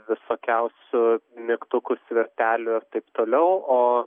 visokiausių mygtukų svirtelių ir taip toliau o